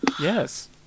yes